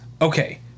Okay